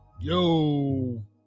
yo